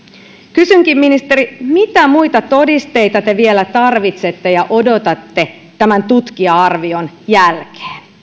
kysynkin ministeri mitä muita todisteita te vielä tarvitsette ja odotatte tämän tutkija arvion jälkeen